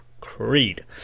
Creed